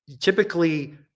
typically